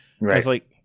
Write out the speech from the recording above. Right